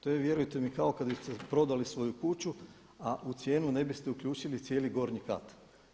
To je vjerujte mi kao kada biste prodali svoju kuću a u cijenu ne biste uključili cijeli gornji kat.